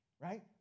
right